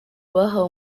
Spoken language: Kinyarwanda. bahawe